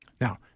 Now